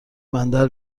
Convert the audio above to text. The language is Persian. بندر